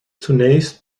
zunächst